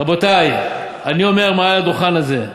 רבותי, אני אומר מעל הדוכן הזה: